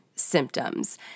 symptoms